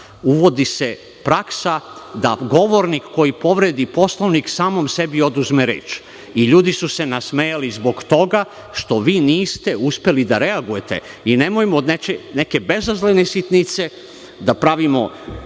komunista, praksa da govornik koji povredi Poslovnik samom sebi oduzme reč i ljudi su se nasmejali zbog toga što vi niste uspeli da reagujete. Nemojmo od neke bezazlene sitnice da pravimo